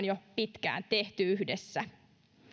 jo pitkään tehty yhdessä